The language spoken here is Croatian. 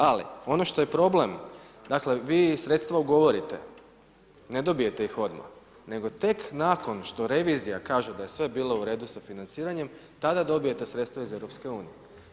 Ali ono što je problem, dakle, vi sredstava ugovorite, ne dobijete ih odmah, nego tek nakon što revizija kaže da je sve bilo u redu sa financiranjem, tada dobijete sredstava iz Europske unije.